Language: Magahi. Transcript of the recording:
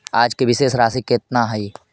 आज के शेष राशि केतना हई?